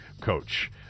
coach